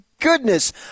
goodness